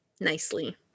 nicely